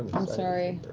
i'm sorry.